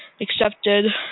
accepted